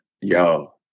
yo